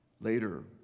Later